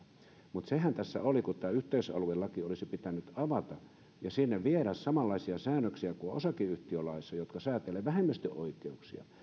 mutta sehän tässä oli että tämä yhteisaluelaki olisi pitänyt avata ja sinne viedä samanlaisia säännöksiä kuin on osakeyhtiölaissa jotka säätelevät vähemmistön oikeuksia